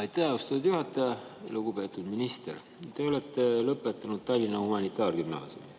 Aitäh, austatud juhataja! Lugupeetud minister! Te olete lõpetanud Tallinna Humanitaargümnaasiumi.